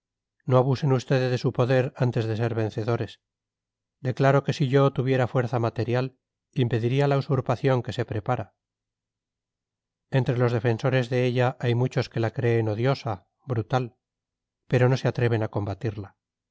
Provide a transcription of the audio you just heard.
no abusen ustedes de su poder antes de ser vencedores declaro que si yo tuviera fuerza material impediría la usurpación que se prepara entre los defensores de ella hay muchos que la creen odiosa brutal pero no se atreven a combatirla